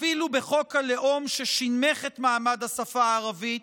אפילו בחוק הלאום, ששנמך את מעמד השפה הערבית,